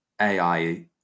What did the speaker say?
AI